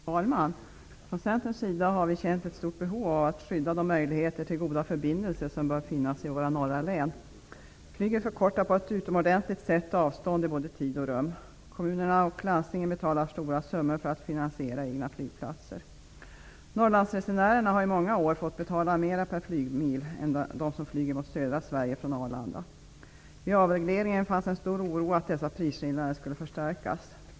Fru talman! Från Centerns sida har vi känt ett stort behov av att skydda de möjligheter till goda förbindelser som bör finnas i våra norra län. Flyget förkortar på ett utomordentligt sätt avstånd i både tid och rum. Kommunerna och landstingen betalar stora summor för att finansiera egna flygplatser. Norrlandsresenärerna har i många år fått betala mera per flygmil är de som flyger mot södra Sverige från Arlanda. Vid avregleringen fanns en stor oro att dessa prisskillnader skulle förstärkas.